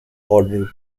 order